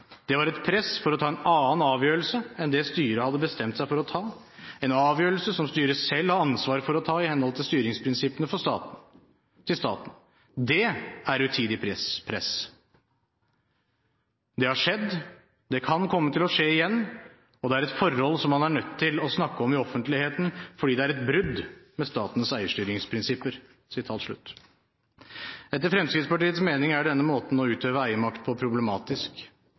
Det var et press for å ta en annen avgjørelse enn det styret hadde bestemt seg for å ta, en avgjørelse som styret selv har ansvaret for å ta i henhold til styringsprinsippene til staten. Det er utidig press. Det har skjedd. Det kan komme til å skje igjen, og det er et forhold som man er nødt til å snakke om i offentligheten fordi det er brudd med statens eierstyringsprinsipper.» Etter Fremskrittspartiets mening er denne måten å utøve eiermakt på problematisk.